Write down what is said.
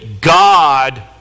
God